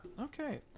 Okay